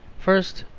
first,